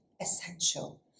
essential